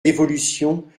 l’évolution